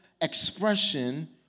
expression